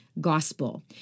Gospel